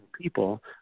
people